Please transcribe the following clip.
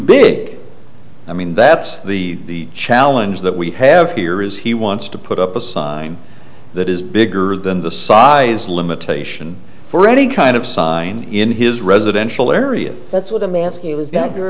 big i mean that's the challenge that we have here is he wants to put up a sign that is bigger than the size limitation for any kind of sign in his residential area that's what i'm asking is that your